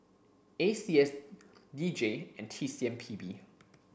A C S D J and T C M P B